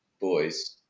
boys